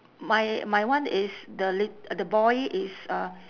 my my one is the lit~ the boy is uh